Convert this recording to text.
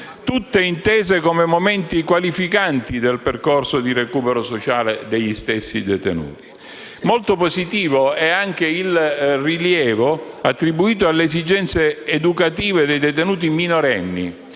tutti intesi come momenti qualificanti per il percorso di recupero sociale degli stessi. Molto positivo è anche il rilievo attribuito alle esigenze educative dei detenuti minorenni